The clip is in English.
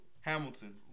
Hamilton